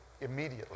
immediately